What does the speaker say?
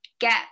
get